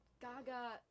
Gaga